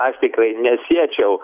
aš tikrai nesiečiau